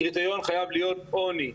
קריטריון חייב להיות עוני,